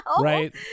Right